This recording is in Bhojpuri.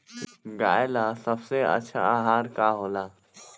गाय ला सबसे अच्छा आहार का होला?